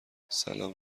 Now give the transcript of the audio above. سلام